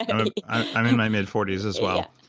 and i'm in my mid forty s as well,